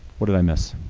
what did i miss?